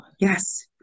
Yes